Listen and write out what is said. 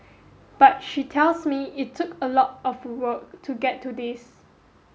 but she tells me it took a lot of work to get to this